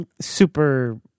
super